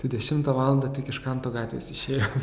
tai dešimtą valandą tik iš kanto gatvės išėjom